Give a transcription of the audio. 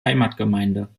heimatgemeinde